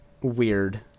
weird